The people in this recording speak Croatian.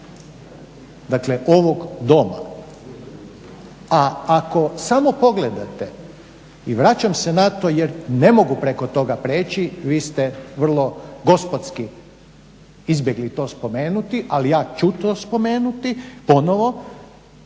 dakle ovog Doma. A ako samo pogledate, i vraćam se na to jer ne mogu preko toga prijeći, vi ste vrlo gospodski izbjegli to spomenuti ali ja ću to spomenuti ponovo,